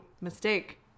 mistake